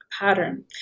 pattern